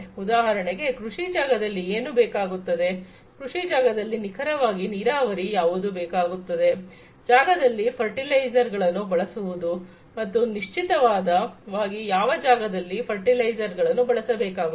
ಉದಾಹರಣೆಗೆ ಕೃಷಿ ಜಾಗದಲ್ಲಿ ಏನು ಬೇಕಾಗುತ್ತದೆ ಕೃಷಿ ಜಾಗದಲ್ಲಿ ನಿಖರವಾಗಿ ನೀರಾವರಿ ಯಾವಾಗ ಬೇಕಾಗುತ್ತದೆ ಜಾಗದಲ್ಲಿ ಫರ್ಟಿಲೈಸರ್ ಗಳನ್ನು ಬಳಸುವುದು ಮತ್ತು ನಿಶ್ಚಿತವಾಗಿ ಯಾವ ಜಾಗದಲ್ಲಿ ಫರ್ಟಿಲೈಸರ್ ಗಳನ್ನು ಬಳಸಬೇಕಾಗುತ್ತದೆ